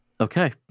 Okay